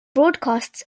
broadcasts